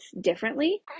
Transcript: differently